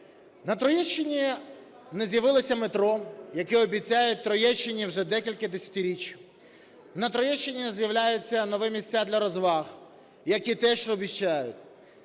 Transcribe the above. На Троєщині не з'явилося метро, яке обіцяють Троєщині вже декілька десятиріч. На Троєщині з'являються нові місця для розваг, як і те, що обіцяють.